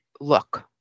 look